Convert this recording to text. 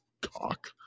cock